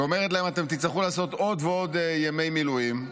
ואומרת להם: אתם תצטרכו לעשות עוד ועוד ימי מילואים.